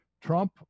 Trump